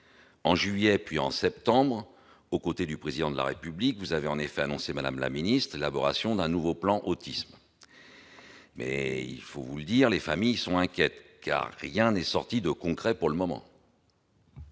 En juillet, puis en septembre 2017, aux côtés du Président de la République, vous avez en effet annoncé, madame la secrétaire d'État, l'élaboration d'un nouveau plan Autisme. Je dois néanmoins vous avouer que les familles sont inquiètes, car rien n'est sorti de concret pour le moment.